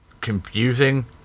Confusing